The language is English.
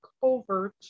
covert